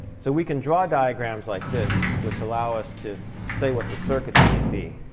so we can draw diagrams like this which allow us to say what the circuits might be.